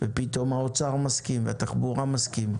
ופתאום האוצר מסכים והתחבורה מסכים.